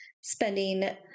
spending